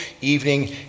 evening